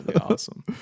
awesome